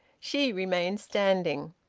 she remained standing.